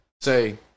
Say